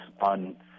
on